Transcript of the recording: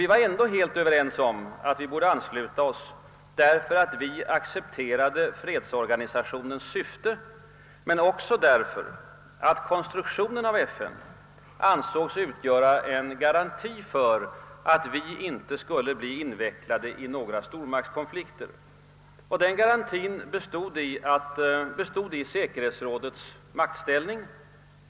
Vi var ändock helt ense om att vi skulle ansluta oss, eftersom vi helt accepterade fredsorganisationens syfte men också därför att konstruktionen av FN ansågs utgöra en garanti för att vi inte skulle bli invecklade i några stormaktskonflikter. Denna garanti bestod i säkerhetsrådets maktställning.